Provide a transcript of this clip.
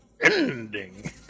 ending